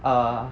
uh